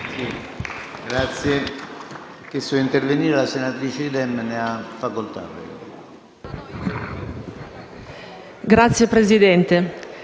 Grazie